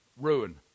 Ruin